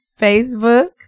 Facebook